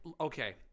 okay